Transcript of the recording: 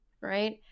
right